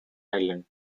ireland